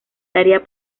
daría